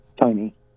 Tiny